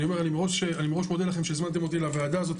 אני מראש מודה לכם שהזמנתם אותי לוועדה הזאת,